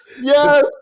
Yes